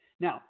Now